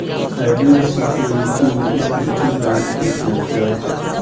hybrid security में equity bond के चर्चा होला